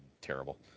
Terrible